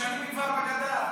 הם נשארים כבר בגדה.